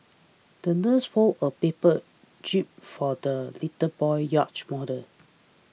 the nurse folded a paper Jib for the little boy's yacht model